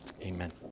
Amen